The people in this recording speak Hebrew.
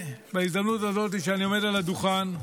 בהזדמנות הזאת שאני עומד על הדוכן,